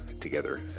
together